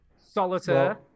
Solitaire